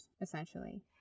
essentially